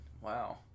Wow